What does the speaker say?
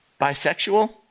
bisexual